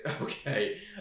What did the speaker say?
Okay